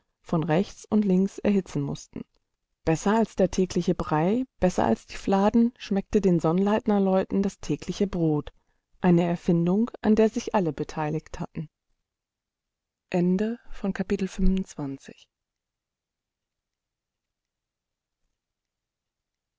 von rechts und links erhitzen mußten besser als der tägliche brei besser als die fladen schmeckte den sonnleitnerleuten das tägliche brot eine erfindung an der sie sich alle beteiligt hatten